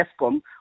ESCOM